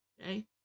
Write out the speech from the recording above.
Okay